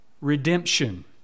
redemption